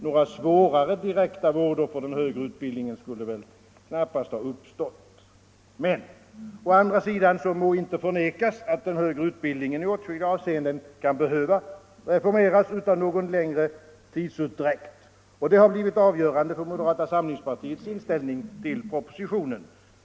Några svårare direkta vådor för den högre utbildningen skulle det väl knappast ha medfört. Men å andra sidan må inte förnekas att den högre utbildningen kan behöva reformeras i åtskilliga avseenden utan någon längre tidsutdräkt. Det har blivit avgörande för moderata samlingspartiets inställning till propositionen.